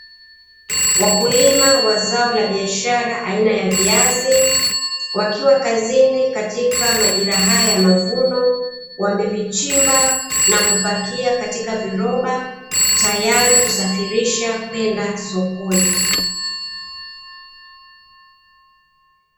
Wakulima wa zao la biashara aina ya viazi, wakiwa kazini katika majira haya ya mavuno, wamevichimba na kupakia katika viroba, tayari kusafirisha kwenda sokoni.